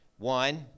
One